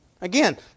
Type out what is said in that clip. Again